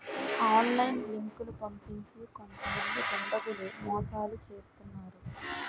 online లింకులు పంపించి కొంతమంది దుండగులు మోసాలు చేస్తున్నారు